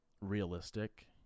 realistic